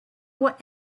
what